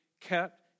kept